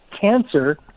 cancer